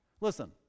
Listen